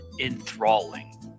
enthralling